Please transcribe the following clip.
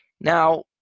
Now